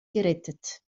gerettet